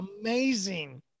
amazing